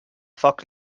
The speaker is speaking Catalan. foc